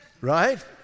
right